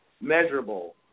measurable